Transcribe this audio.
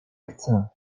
chcę